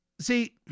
See